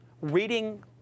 reading